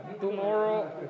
tomorrow